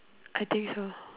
I think so